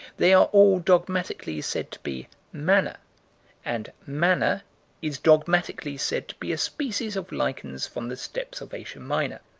they are all dogmatically said to be manna and manna is dogmatically said to be a species of lichens from the steppes of asia minor.